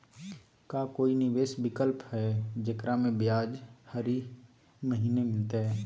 का कोई निवेस विकल्प हई, जेकरा में ब्याज हरी महीने मिलतई?